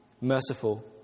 merciful